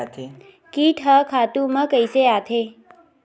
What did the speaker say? कीट ह खातु म कइसे आथे?